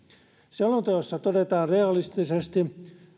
selonteossa todetaan realistisesti